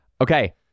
Okay